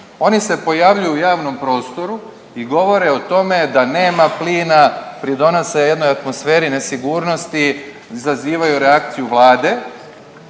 Oni se pojavljuju u javnom prostoru i govore o tome da nema plina, pridonose jednoj atmosferi nesigurnosti, zazivaju reakciju Vlade.